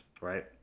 Right